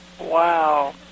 Wow